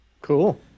Cool